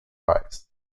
eyes